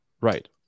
Right